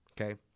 Okay